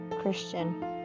Christian